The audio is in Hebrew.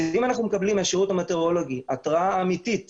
אם אנחנו מקבלים מהשירות המטאורולוגי התרעה אמיתית